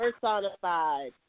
Personified